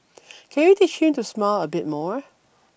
can you teach him to smile a bit more